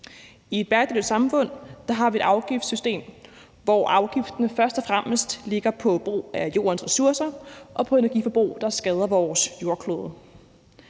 I et bæredygtigt samfund har vi et afgiftssystem, hvor afgiften først og fremmest ligger på brug af jordens ressourcer og på energiforbrug, der skader vores jordklode.